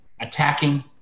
attacking